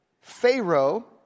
Pharaoh